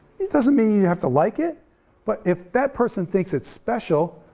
it doesn't mean you have to like it but if that person thinks it's special,